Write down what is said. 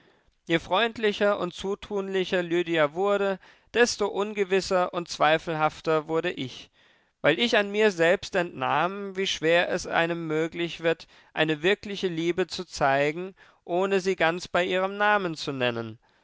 je freundlicher und zutunlicher lydia wurde desto ungewisser und zweifelhafter wurde ich weil ich an mir selbst entnahm wie schwer es einem möglich wird eine wirkliche liebe zu zeigen ohne sie ganz bei ihrem namen zu nennen